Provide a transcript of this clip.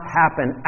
happen